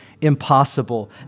impossible